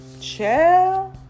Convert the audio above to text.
Chill